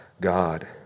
God